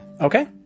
Okay